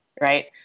right